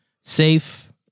safe